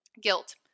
guilt